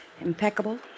impeccable